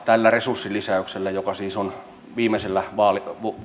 tällä resurssilisäyksellä joka siis on vaalikauden